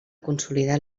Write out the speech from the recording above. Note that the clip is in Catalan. consolidar